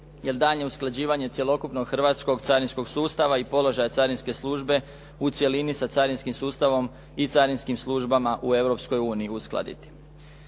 jer daljnje usklađivanje cjelokupnog hrvatskog carinskog sustava i položaja carinske službe u cjelini sa carinskim sustavom i carinskim službama u Europskoj